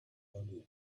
earlier